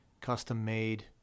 custom-made